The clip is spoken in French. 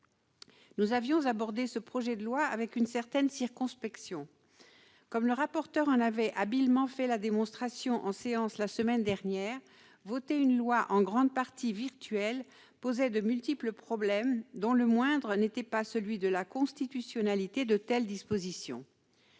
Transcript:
Nous avions abordé ce projet de loi avec une certaine circonspection. De fait, comme le rapporteur en a habilement fait la démonstration en séance la semaine dernière, voter une loi en grande partie virtuelle posait de multiples problèmes, le moindre n'étant pas celui de la constitutionnalité de telles dispositions.